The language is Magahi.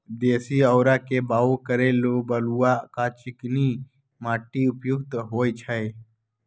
देशी औरा के बाओ करे लेल बलुआ आ चिकनी माटि उपयुक्त होइ छइ